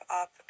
up